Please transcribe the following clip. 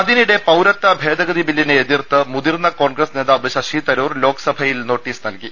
അതിനിടെ പൌരത്വ ഭേദഗതി ബില്ലിനെ എതിർത്ത് മുതിർന്ന കോൺഗ്രസ് നേതാവ് ശശി തരൂർ ലോക്സഭയിൽ നോട്ടീസ് നൽകി